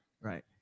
right